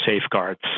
safeguards